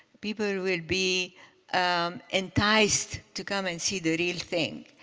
people will be um enticed to come and see the real thing.